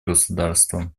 государствам